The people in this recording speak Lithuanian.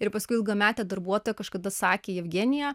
ir paskui ilgametė darbuotoja kažkada sakė jevgenija